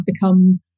become